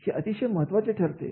हे अतिशय महत्त्वाचे ठरते